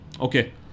Okay